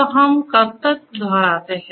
तो हम कब तक दोहराते हैं